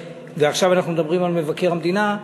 ועכשיו אנחנו מדברים על מבקר המדינה,